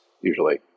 usually